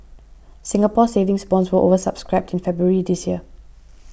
Singapore Saving Bonds were over subscribed in February this year